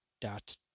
dot